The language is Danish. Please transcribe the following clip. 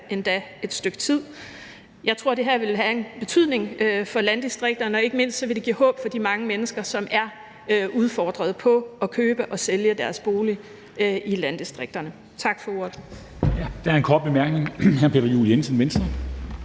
endda et stykke tid. Jeg tror, det her vil have en betydning for landdistrikterne, og ikke mindst vil det give håb for de mange mennesker, som er udfordret på at købe og sælge deres bolig i landdistrikterne. Tak for ordet.